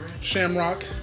Shamrock